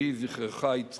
יהי זכרך, יצחק,